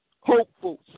hopeful